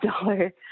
dollar